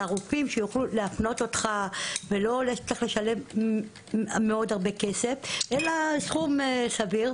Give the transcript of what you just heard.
ושרופאים יוכלו להפנות אותך ולא תצטרך לשלם כסף רב אלא סכום סביר.